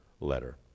letter